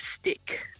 stick